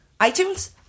iTunes